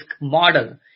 model